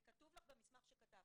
זה כתוב לך במסמך שכתבתי.